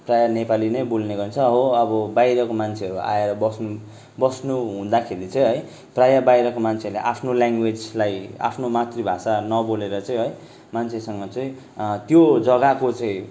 प्रायः नेपाली नै बोल्ने गर्छ हो अब बाहिरको मान्छेहरू आएर बस्नु बस्नु हुँदैखेरि चाहिँ है प्रायः बाहिरको मान्छेहरूले आफ्नो ल्याङ्गवेजलाई आफ्नो मातृभाषा नबोलेर चाहिँ है मान्छेसँग चाहिँ त्यो जगाको चाहिँ